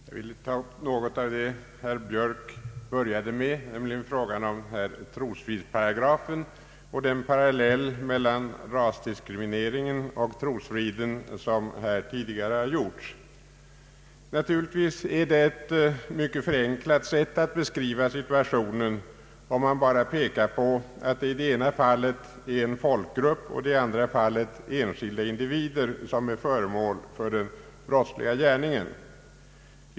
Herr talman! Jag vill ta upp något av det herr Björk började sitt anförande med, nämligen frågan om trosfridsparagrafen och den parallell mellan rasdiskrimineringen och trosfriden som har gjorts här tidigare. Naturligtvis är det ett mycket förenklat sätt att beskriva situationen om man påpekar att det i det ena fallet är en folkgrupp och i det andra fallet är enskilda individer som är föremål för den brottsliga gärningen.